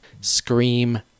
Scream